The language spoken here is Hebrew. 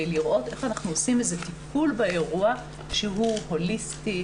לראות איך אנחנו עושים טיפול באירוע שהוא הוליסטי,